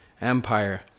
Empire